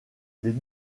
les